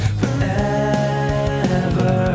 forever